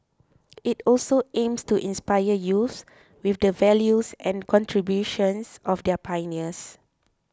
it also aims to inspire youths with the values and contributions of their pioneers